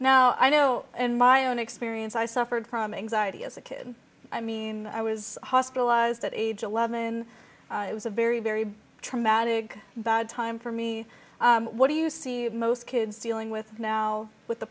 now i know in my own experience i suffered from anxiety as a kid i mean i was hospitalized at age eleven it was a very very traumatic time for me what do you see most kids dealing with now with the